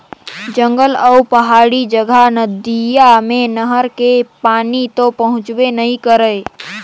जंगल अउ पहाड़ी जघा नदिया मे नहर के पानी तो पहुंचबे नइ करय